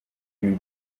lui